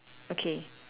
okay